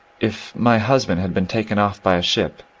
if my husband had been taken off by a ship,